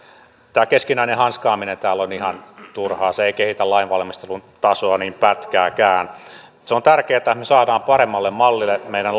tämä keskinäinen hanskaaminen täällä on ihan turhaa se ei kehitä lainvalmistelun tasoa niin pätkääkään mutta se on tärkeätä että me saamme paremmalle mallille meidän